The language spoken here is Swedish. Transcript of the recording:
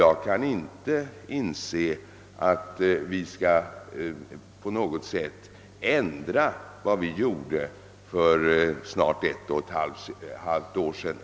Jag kan inte inse att vi på något sätt bör formulera om den ståndpunkt vi intog för ett och ett halvt år sedan.